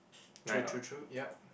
true true true yep